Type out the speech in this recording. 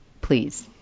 Please